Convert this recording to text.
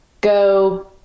go